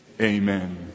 Amen